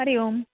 हरिः ओम्